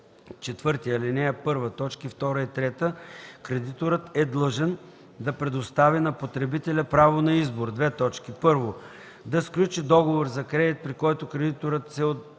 кредиторът е длъжен да предостави на потребителя право на избор: 1. да сключи договор за кредит, при който кредиторът се